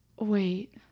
Wait